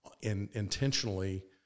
intentionally